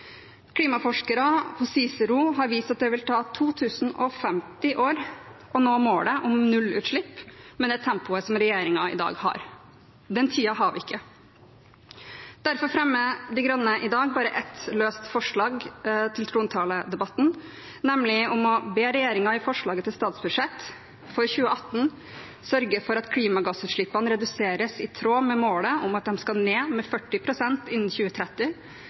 på CICERO har vist at det vil ta 2050 år å nå målet om nullutslipp med det tempoet regjeringen i dag har. Den tiden har vi ikke. Derfor fremmer De Grønne i dag bare ett løst forslag under trontaledebatten, nemlig om å «be regjeringen i forslag til statsbudsjett for 2018 sørge for at klimagassutslippene reduseres i tråd med målet om at de skal ned med 40 pst. innen 2030,